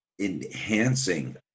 enhancing